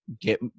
get